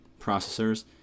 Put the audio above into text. processors